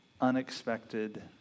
unexpected